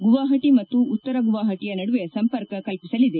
ಗುವಾಹಟ ಮತ್ತು ಉತ್ತರ ಗುವಾಪಟಿಯ ನಡುವೆ ಸಂಪರ್ಕ ಕಲಿಸಲಿದೆ